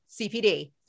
CPD